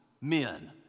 men